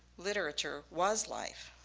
literature was life.